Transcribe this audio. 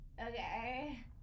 Okay